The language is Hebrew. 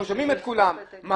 אנחנו שומעים את כולם ומאזינים.